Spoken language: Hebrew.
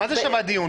מה זה שווה דיון?